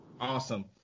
Awesome